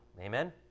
Amen